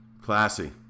Classy